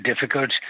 difficult